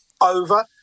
over